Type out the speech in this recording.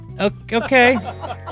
Okay